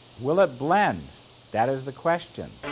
will it blend that is the question